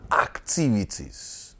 activities